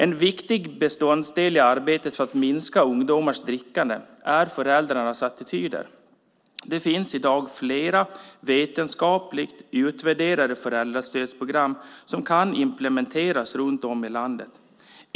En viktig beståndsdel i arbetet för att minska ungdomars drickande är föräldrarnas attityder. Det finns i dag flera vetenskapligt utvärderade föräldrastödsprogram som kan implementeras runt om i landet.